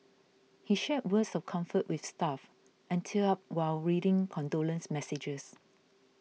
he shared words of comfort with staff and teared up while reading condolence messages